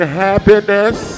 happiness